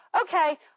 okay